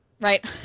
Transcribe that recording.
Right